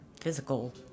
physical